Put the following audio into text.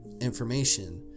information